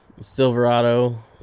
Silverado